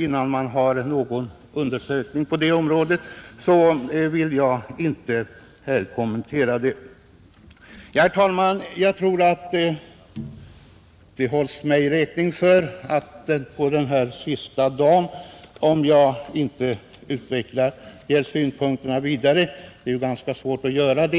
innan man har gjort en undersökning på det området vill jag som sagt inte kommentera det. Herr talman! Jag tror att man håller mig räkning för att jag den här sista dagen inte vidare utvecklar de här synpunkterna; det är ganska svårt att göra det.